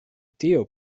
tio